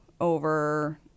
over